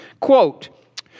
Quote